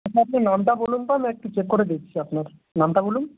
আচ্ছা আপনি নামটা বলুন তো আমি একটু চেক করে দেখছি আপনার নামটা বলুন